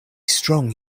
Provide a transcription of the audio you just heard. strong